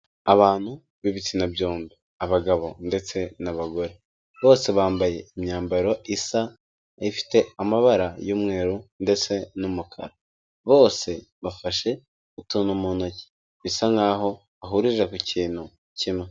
Abantu b'ibitsina byombi abagabo ndetse n'abagore, bose bambaye imyambaro isa, ifite amabara y'umweru ndetse n'umukara, bose bafashe utuntu mutoki bisa nkaho hurije ku kintu kimwe.